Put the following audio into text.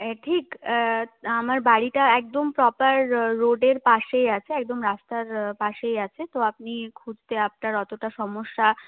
ঠিক আমার বাড়িটা একদম প্রপার রোডের পাশেই আছে একদম রাস্তার পাশেই আছে তো আপনি খুঁজতে আপনার অতটা সমস্যার